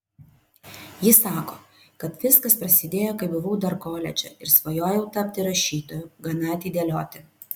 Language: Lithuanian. ji sako kad viskas prasidėjo kai buvau dar koledže ir svajojau tapti rašytoju gana atidėlioti